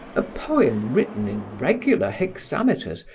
a poem written in regular hexameters,